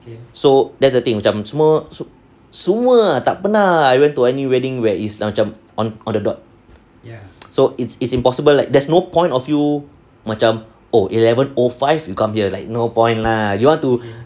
so that's the thing macam semua semua tak pernah I went to any wedding where is macam on on the dot so it's it's impossible like there's no point of you macam oh eleven O five you come here like no point lah you want to